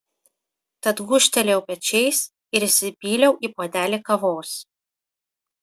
tad gūžtelėjau pečiais ir įsipyliau į puodelį kavos